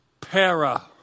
Para